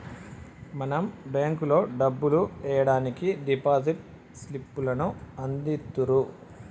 మనం బేంకులో డబ్బులు ఎయ్యడానికి డిపాజిట్ స్లిప్ లను అందిత్తుర్రు